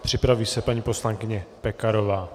Připraví se poslankyně Pekarová.